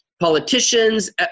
politicians